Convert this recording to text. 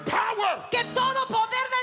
power